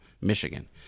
Michigan